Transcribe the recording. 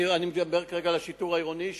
אני מדבר כרגע על השיטור העירוני,